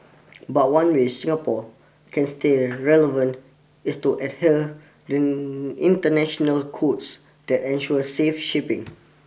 but one way Singapore can stay relevant is to adhere international codes that ensure safe shipping